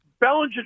Bellinger